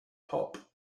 pulp